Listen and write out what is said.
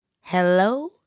Hello